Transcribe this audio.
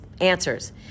answers